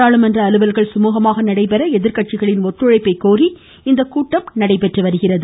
நாடாளுமன்ற அலுவல்கள் சுமூகமாக நடைபெற எதிர்க்கட்சிகளின் ஒத்துழைப்பை கோரி இந்த கூட்டம் நடைபெறுகிறது